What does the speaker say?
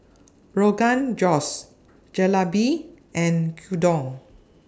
Rogan Josh Jalebi and Gyudon